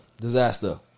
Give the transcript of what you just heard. Disaster